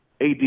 AD